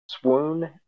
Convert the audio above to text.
swoon